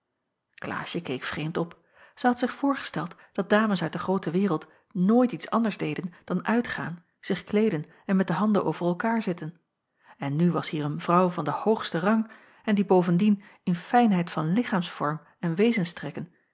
klaasje keek vreemd op zij had zich voorgesteld dat dames uit de groote wereld nooit iets anders deden dan uitgaan zich kleeden en met de handen over elkaêr zitten en nu was hier een vrouw van den hoogsten rang en die bovendien in fijnheid van lichaamsvorm en